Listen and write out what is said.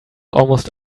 almost